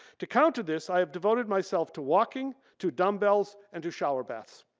to come to this i have devoted myself to walking, to dumbbells and to shower baths.